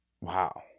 Wow